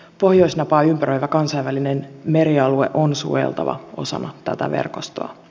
pohjoisnapaa ympäröivä kansainvälinen merialue on suojeltava osana tätä verkostoa